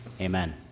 Amen